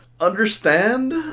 understand